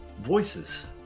Voices